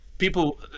people